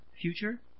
future